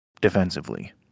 defensively